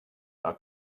our